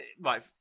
right